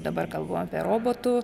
dabar kalbam apie robotų